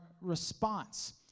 response